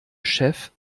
chef